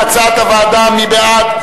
אין הסתייגויות.